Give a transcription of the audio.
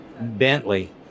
Bentley